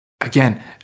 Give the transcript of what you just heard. again